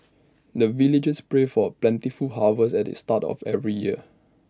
the villagers pray for plentiful harvest at the start of every year